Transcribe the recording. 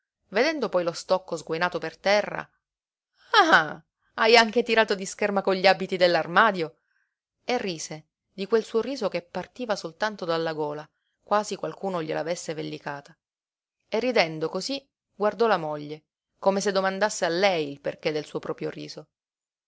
vedendo poi lo stocco sguainato per terra ah hai anche tirato di scherma con gli abiti dell'armadio e rise di quel suo riso che partiva soltanto dalla gola quasi qualcuno gliel'avesse vellicata e ridendo cosí guardò la moglie come se domandasse a lei il perché del suo proprio riso